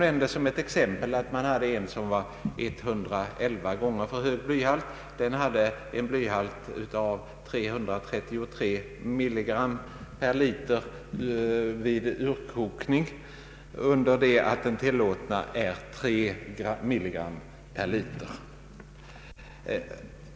En produkt hade 111 gånger högre blyhalt än den tilllåtna, nämligen 333 mg per liter vid urkokning, under det att den tillåtna blyhalten är 3 mg per liter.